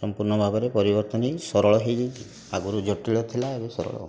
ସମ୍ପୂର୍ଣ୍ଣ ଭାବରେ ପରିବର୍ତ୍ତନ ହୋଇ ସରଳ ହୋଇଯାଇଛି ଆଗୁରୁ ଜଟିଳ ଥିଲା ଏବେ ସରଳ